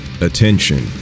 attention